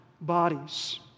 bodies